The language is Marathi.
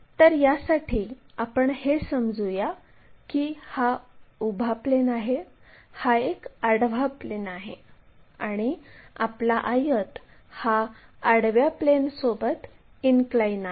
तर यासाठी आपण हे समजू या की हा उभा प्लेन आहे हा एक आडवा प्लेन आहे आणि आयत हा आडव्या प्लेनसोबत इनक्लाइन आहे